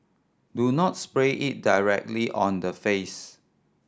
do not spray it directly on the face